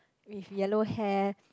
with yellow hair